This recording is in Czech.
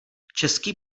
český